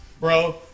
bro